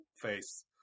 face